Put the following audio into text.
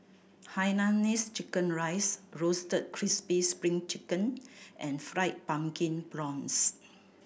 hainanese chicken rice Roasted Crispy Spring Chicken and Fried Pumpkin Prawns